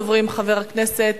ראשון הדוברים, חבר הכנסת